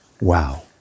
Wow